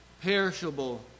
perishable